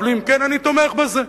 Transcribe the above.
אבל אם כן, אני תומך בזה,